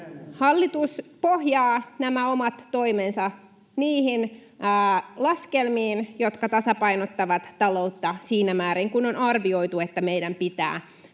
Hallitus pohjaa nämä omat toimensa niihin laskelmiin, jotka tasapainottavat taloutta siinä määrin kuin on arvioitu, että meidän pitää